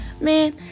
Man